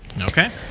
Okay